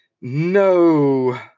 no